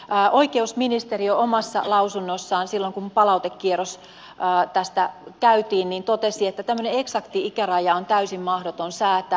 oikeusministeriö omassa lausunnossaan silloin kun palautekierros tästä käytiin totesi että tämmöinen eksakti ikäraja on täysin mahdoton säätää